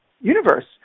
Universe